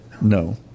No